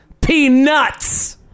Peanuts